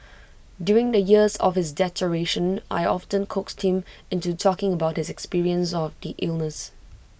during the years of his deterioration I often coaxed him into talking about his experience of the illness